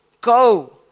go